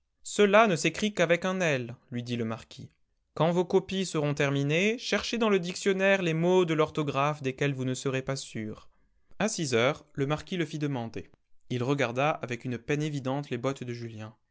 cela ne s'écrit qu'avec un l lui dit le marquis quand vos copies seront terminées cherchez dans le dictionnaire les mots de l'orthographe desquels vous ne serez pas sûr a six heures le marquis le fit demander il regarda avec une peine évidente les bottes de julien